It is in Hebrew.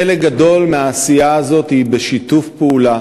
חלק גדול מהעשייה הזאת הוא בשיתוף פעולה